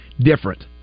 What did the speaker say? different